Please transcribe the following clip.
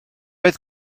oedd